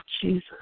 Jesus